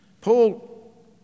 Paul